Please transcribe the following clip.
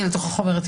צריך לשאול אותה על